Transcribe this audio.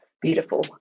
Beautiful